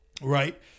Right